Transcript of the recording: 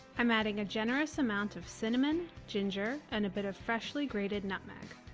i'm adding a generous amount of cinnamon, ginger, and a bit of freshly grated nutmeg.